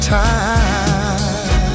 time